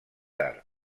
tard